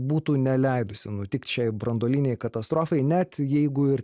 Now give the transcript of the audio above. būtų neleidusi nutikt šiai branduolinei katastrofai net jeigu ir